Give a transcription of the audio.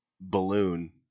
balloon